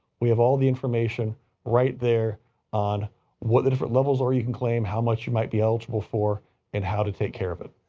we have all the information right there on what the different levels are. you can claim how much you might be eligible for and how to take care of it.